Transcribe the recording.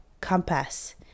compass